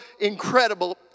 incredible